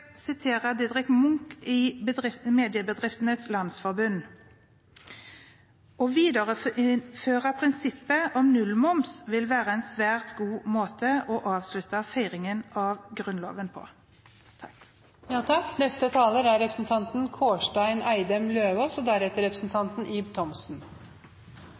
Munch i Mediebedriftenes Landsforening: «Å videreføre prinsippet om nullmoms vil være en svært god måte å avslutte feiringen av Grunnloven på.» Ytringsfriheten svekkes, demokratiet er